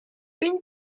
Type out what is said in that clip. une